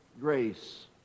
Grace